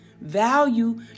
Value